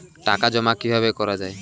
টাকা জমা কিভাবে করা য়ায়?